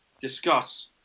discuss